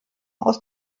aus